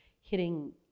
hitting